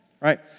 right